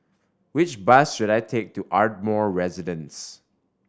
which bus should I take to Ardmore Residence